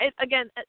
again